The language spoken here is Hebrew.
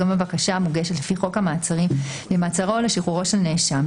גם בבקשה המוגשת לפי חוק המעצרים למעצרו או לשחרורו של נאשם,